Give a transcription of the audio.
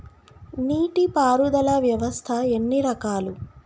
నీటి పారుదల వ్యవస్థ ఎన్ని రకాలు?